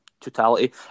totality